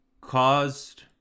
caused